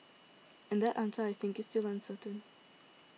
and that answer I think is still uncertain